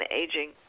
aging